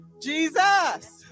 jesus